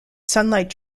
sunlight